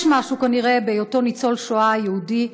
יש משהו כנראה בהיותו ניצול שואה, יהודי,